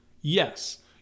Yes